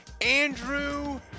andrew